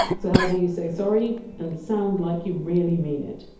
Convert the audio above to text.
so how do you say sorry and sound like you really mean it?